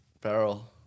barrel